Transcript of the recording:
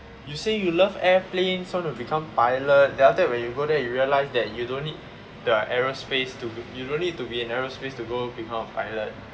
you say you love airplane just want to become pilot then after that when you go there you realise that you don't need the aerospace to you don't need to be in aerospace to go become a pilot